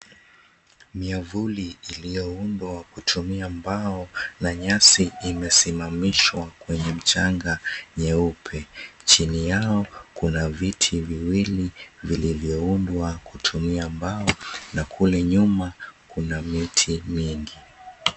Miavuli iliyoundwa kutumia mbao na nyasi imesimamishwa kwenye mchanga nyeupe. Chini yao kuna viti viwili vilivyoundwa kutumia mbao, na kule nyuma kuna miti mingi.